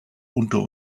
unter